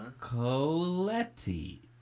Coletti